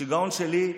השיגעון שלי,